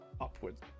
upwards